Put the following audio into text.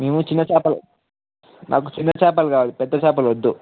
మేము చిన్న చాపలు నాకు చిన్న చాపలు కావాలి పెద్ద చాపలు వద్దు